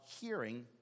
hearing